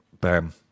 Bam